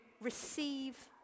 receive